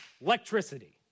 electricity